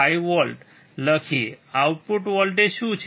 5 volt લખીએ output voltage શું છે